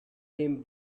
him